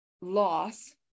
loss